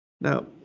now